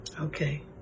Okay